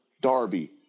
Darby